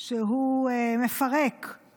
שיחליטו לעשות מעשה ולחלץ את